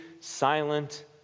silent